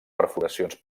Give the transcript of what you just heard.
perforacions